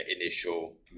initial